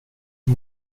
jag